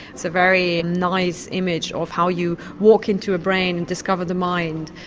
it's a very nice image of how you walk in to a brain and discover the mind.